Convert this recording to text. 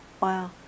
Wow